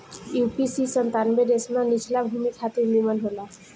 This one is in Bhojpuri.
यू.पी.सी सत्तानबे रेशमा निचला भूमि खातिर निमन होला